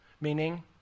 meaning